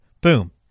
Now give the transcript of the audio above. Boom